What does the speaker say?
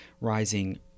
rising